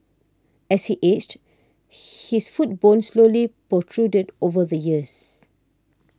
as he aged his foot bone slowly protruded over the years